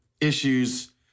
issues